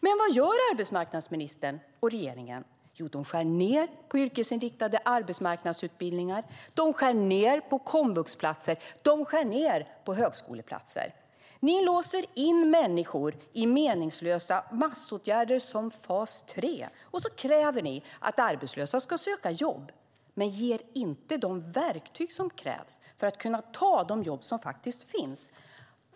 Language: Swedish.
Men, vad gör arbetsmarknadsministern och regeringen? Jo, de skär ned på yrkesinriktade arbetsmarknadsutbildningar. De skär ned på komvuxplatser och högskoleplatser. Ni låser in människor i meningslösa massåtgärder som fas 3, och sedan kräver ni att arbetslösa ska söka jobb, men ni ger inte de verktyg som krävs för att kunna ta de jobb som faktiskt finns.